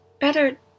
better